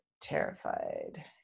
terrified